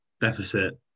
deficit